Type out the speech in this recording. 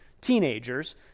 teenagers